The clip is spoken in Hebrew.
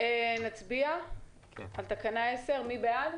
נצביע על תקנה 10. מי בעד?